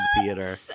Theater